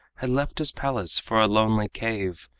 had left his palace for a lonely cave,